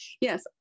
yes